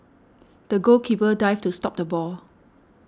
the goalkeeper dived to stop the ball